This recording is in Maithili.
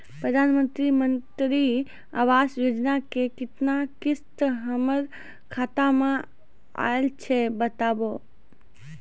प्रधानमंत्री मंत्री आवास योजना के केतना किस्त हमर खाता मे आयल छै बताबू?